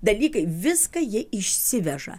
dalykai viską jie išsiveža